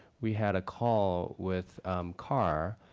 we had a call with car,